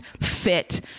fit